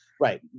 Right